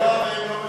והם לא מבינים.